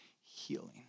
healing